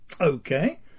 Okay